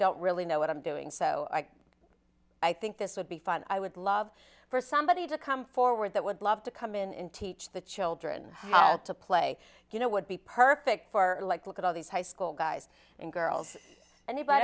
don't really know what i'm doing so i i think this would be fun i would love for somebody to come forward that would love to come in and teach the children how to play you know would be perfect for like look at all these high school guys and girls an